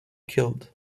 killed